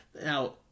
now